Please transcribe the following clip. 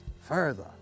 further